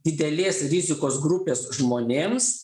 didelės rizikos grupės žmonėms